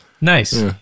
Nice